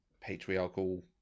patriarchal